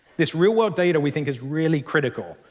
this real-world data, we think, is really critical,